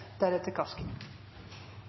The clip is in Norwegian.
deretter